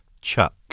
Chuck